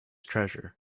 treasure